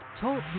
Talk